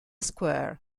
square